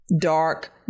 dark